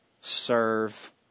serve